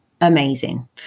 amazing